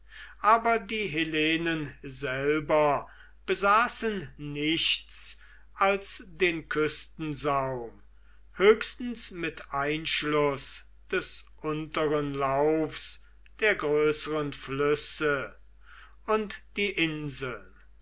aber die hellenen selber besaßen nichts als den küstensaum höchstens mit einschluß des unteren laufs der größeren flüsse und die inseln